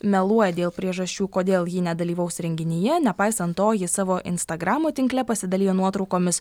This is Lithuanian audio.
meluoja dėl priežasčių kodėl ji nedalyvaus renginyje nepaisant to ji savo instagramo tinkle pasidalijo nuotraukomis